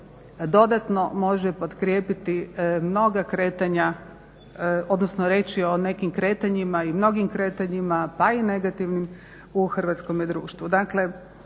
dodatno može potkrijepiti mnoga kretanja odnsono reći o nekim kretanjima i mnogim kretanjima pa i negativnim u Hrvatskome društvu.